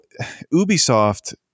Ubisoft